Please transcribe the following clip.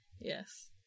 Yes